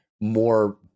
more